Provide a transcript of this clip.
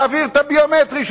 להעביר את החוק הביומטרי,